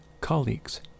colleagues